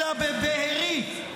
אלא בבארי,